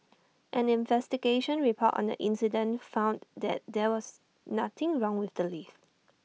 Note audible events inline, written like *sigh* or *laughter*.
*noise* an investigation report on the incident found that there was nothing wrong with the lift